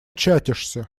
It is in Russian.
чатишься